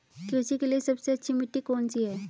कृषि के लिए सबसे अच्छी मिट्टी कौन सी है?